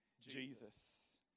Jesus